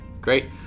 great